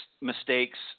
mistakes